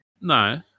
No